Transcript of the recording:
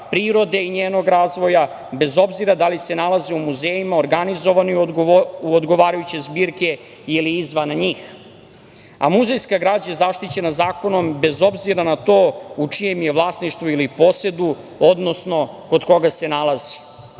prirode i njenog razvoja, bez obzira da li se nalaze u muzejima organizovani u odgovarajuće zbirke ili izvan njih. Muzejska građa je zaštićena zakonom bez obzira na to u čijem je vlasništvu ili posedu, odnosno kod koga se nalazi. Takođe,